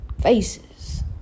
faces